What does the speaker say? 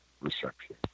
reception